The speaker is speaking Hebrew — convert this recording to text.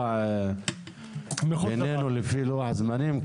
נקבע בינינו לפי לוח זמנים.